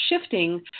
shifting